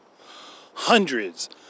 Hundreds